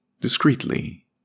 discreetly